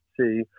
see